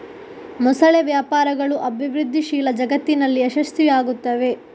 ಮೊಸಳೆ ವ್ಯಾಪಾರಗಳು ಅಭಿವೃದ್ಧಿಶೀಲ ಜಗತ್ತಿನಲ್ಲಿ ಯಶಸ್ವಿಯಾಗುತ್ತವೆ